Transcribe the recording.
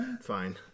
fine